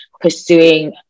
pursuing